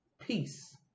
Peace